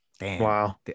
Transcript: wow